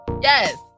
yes